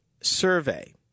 survey